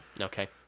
okay